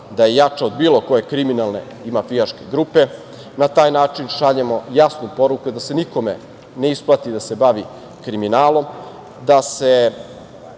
da je jača od bilo koje kriminalne i mafijaške grupe. Na taj način šaljemo jasnu poruku da se nikome ne isplati da se bavi kriminalom, da se